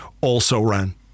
also-ran